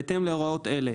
בהתאם להוראות אלה: